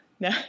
No